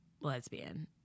lesbian